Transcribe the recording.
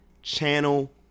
Channel